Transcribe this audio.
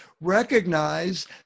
recognize